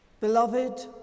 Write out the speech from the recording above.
Beloved